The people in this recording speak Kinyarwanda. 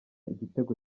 igitego